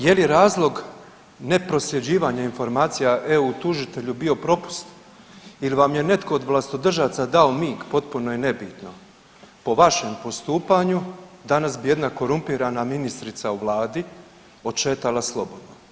Je li razlog ne prosljeđivanje informacija eu tužitelju bio propust ili vam je netko oda vlastodržaca dao mig potpuno je nebitno, po vašem postupanju danas bi jedna korumpirana ministrica u Vladi odšetala slobodno.